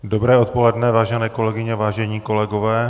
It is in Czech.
Dobré odpoledne, vážené kolegyně, vážení kolegové.